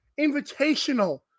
Invitational